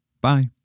Bye